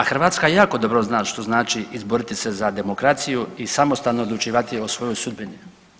A Hrvatska jako dobro zna što znači izboriti se za demokraciju i samostalno odlučivati o svojoj sudbini.